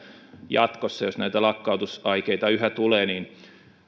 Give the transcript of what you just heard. jatkossa jos näitä lakkautusaikeita yhä tulee